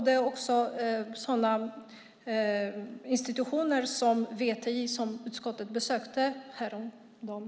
Det är också viktigt med institutioner som VTI som utskottet besökte häromdagen.